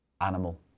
Animal